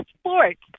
sports